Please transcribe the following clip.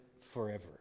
forever